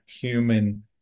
human